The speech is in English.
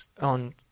on